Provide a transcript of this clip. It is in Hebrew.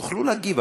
תוכלו להגיב,